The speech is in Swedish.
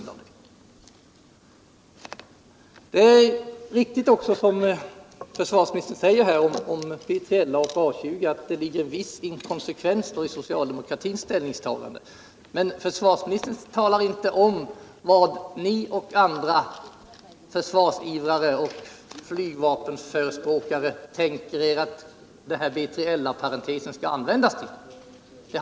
Det är riktigt som försvarsminister: sade att det när det gäller BILA och A 20 föreligger en viss inkonsekvens i socialdemokratins ställningstagande. Men försvarsministern talar inte om vad han och andra försvarsivrare och flygplansförespråkare tänker sig att den här B3LA-parentesen skall användas till.